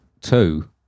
two